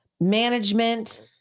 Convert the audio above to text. management